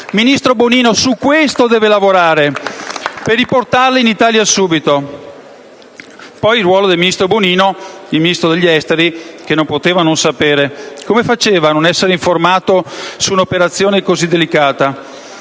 Ministro Bonino, su questo deve lavorare, per riportarle in Italia subito. Il ministro Bonino, il ministro degli affari esteri, non poteva non sapere: come faceva a non essere informato su un'operazione così delicata?